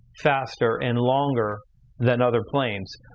faster, and longer than other planes.